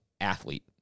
athlete